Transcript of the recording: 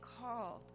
called